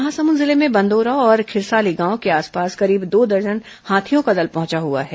महासमुंद जिले के बंदोरा और खिरसाली गांव के आसपास करीब दो दर्जन हाथियों का दल पहुंचा हुआ है